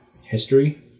History